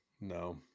No